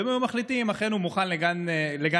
והם היו מחליטים אם אכן הוא מוכן לגן עירייה